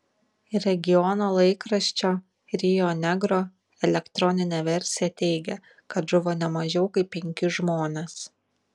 regiono laikraščio rio negro elektroninė versija teigia kad žuvo ne mažiau kaip penki žmonės